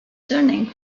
surname